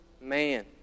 man